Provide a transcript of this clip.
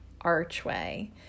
archway